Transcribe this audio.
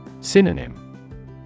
Synonym